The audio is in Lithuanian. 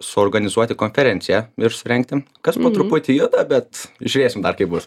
suorganizuoti konferenciją ir surengti kas po truputį juda bet žiūrėsim dar kaip bus